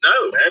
No